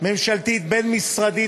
ממשלתית בין-משרדית,